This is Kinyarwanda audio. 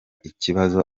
ikibazo